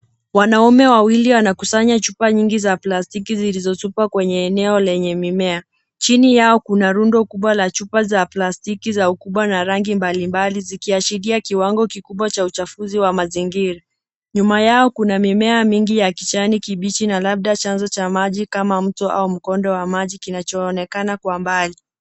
Wanaume wawili wanakusanya chupa nyingi za plastiki, zilizotupwa kwenye eneo lenye mimea. Chini yao kuna rundo kubwa la chupa za plastiki, za ukubwa na rangi mbalimbali, zikiashiria kiwango kikubwa cha uchafuzi wa mazingira. Nyuma yao kuna mimea mingi ya kijani kibichi na labda chanzo cha maji kama mto, au mkondo wa maji kinachoonekana kwa mbali.